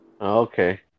Okay